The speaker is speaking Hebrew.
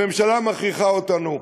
הממשלה מכריחה אותנו,